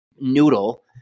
noodle